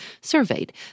surveyed